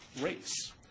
race